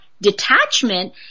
detachment